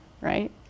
right